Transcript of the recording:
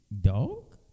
Dog